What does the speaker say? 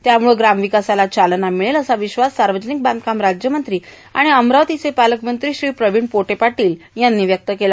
त्यामुळं ग्रामविकासाला चालना मिळेल असा विश्वास सार्वजनिक बांधकाम राज्यमंत्री आणि अमरावती जिल्ह्याचे पालकमंत्री श्री प्रवीण पोटे पाटील यांनी व्यक्त केला